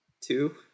Two